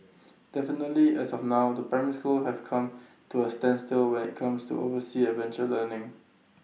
definitely as of now the primary schools have come to A standstill when IT comes to overseas adventure learning